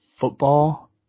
football